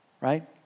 right